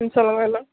ம் சொல்லுங்கள் என்ன